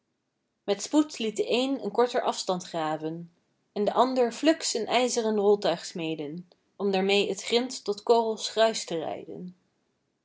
met spoed liet de één een korter afstand graven en de ander fluks een ijzeren roltuig smeden om daarmee t grint tot korrels gruis te rijden